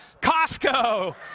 Costco